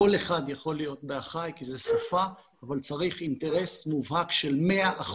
כל אחד יכול להיות ב"אחיי" כי זו שפה אבל צריך אינטרס מובהק של 100%,